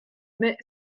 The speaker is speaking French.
mais